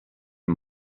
del